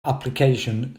application